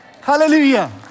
Hallelujah